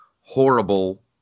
horrible